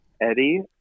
Eddie